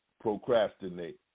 procrastinate